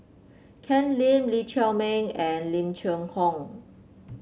Ken Lim Lee Chiaw Meng and Lim Cheng Hoe